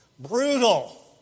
brutal